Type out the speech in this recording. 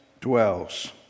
dwells